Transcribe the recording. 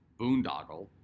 boondoggle